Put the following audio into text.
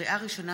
לקריאה ראשונה,